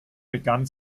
begann